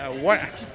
ah what